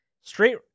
Straight